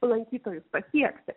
lankytojus pasiekti